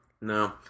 No